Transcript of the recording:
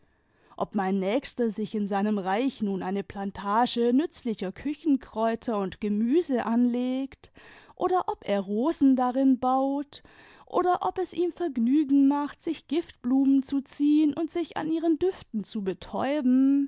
ob mein nächster sich in seinem reich nun eine plantage nützlicher küchenkräuter und gemüse anlegt oder ob er rosen darin baut oder ob es ihm vergnügen macht sich giftblumen zu ziehen und sich an ihren düften zu betäuben